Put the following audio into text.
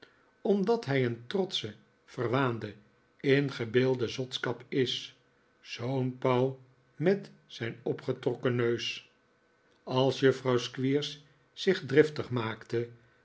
omdat hij een trotsche verwaande ingebeelde zotskap is zoo'n pauw met zijn opgetrokken neus als juffrouw squeers zich driftig maakte